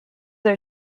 are